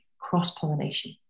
cross-pollination